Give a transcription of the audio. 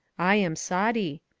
i am saadi.